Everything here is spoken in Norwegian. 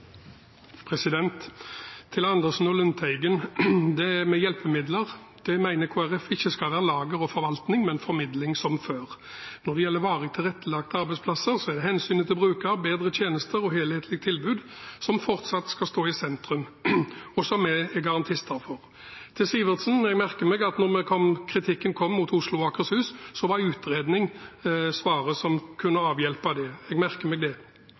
Andersen og Lundteigen: Når det gjelder det med hjelpemidler, mener Kristelig Folkeparti at det ikke skal være lager og forvaltning, men formidling, som før. Når det gjelder varig tilrettelagte arbeidsplasser, er det hensynet til bruker, bedre tjenester og helhetlig tilbud som fortsatt skal stå i sentrum, og som vi er garantister for. Til Sivertsen: Jeg merker meg at da kritikken kom mot Oslo og Akershus, var «utredning» svaret som kunne avhjelpe det. Jeg merker meg det.